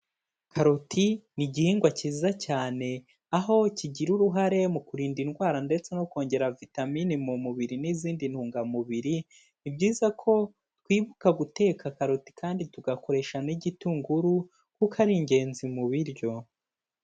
Karoti, ni igihingwa cyiza cyane aho kigira uruhare mu kurinda indwara ndetse no kongera vitamini mu mubiri n'izindi ntungamubiri, ni byiza ko twibuka guteka karoti kandi tugakoresha n'igitunguru, kuko ari ingenzi mu biryo.